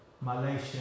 Malaysia